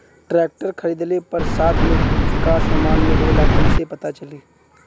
Tractor खरीदले पर साथ में का समान मिलेला कईसे पता चली?